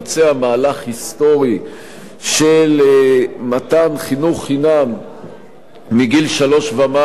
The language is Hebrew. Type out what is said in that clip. מהלך היסטורי של מתן חינוך חינם מגיל שלוש ומעלה,